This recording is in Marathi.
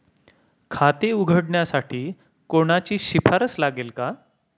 खाते उघडण्यासाठी कोणाची शिफारस लागेल का?